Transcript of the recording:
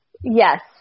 Yes